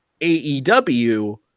AEW